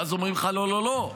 ואז אומרים לך: לא, לא,